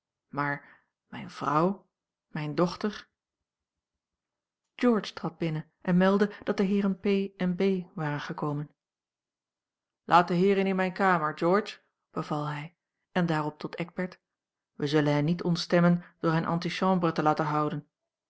maar mijne vrouw mijne dochter a l g bosboom-toussaint langs een omweg george trad binnen en meldde dat de heeren p en b waren gekomen laat de heeren in mijne kamer george beval hij en daarop tot eckbert wij zullen hen niet ontstemmen door hen antichambre te laten houden